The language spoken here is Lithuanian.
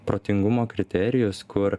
protingumo kriterijus kur